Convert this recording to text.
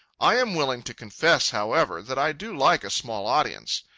i am willing to confess, however, that i do like a small audience.